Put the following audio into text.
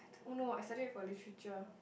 no I study about literature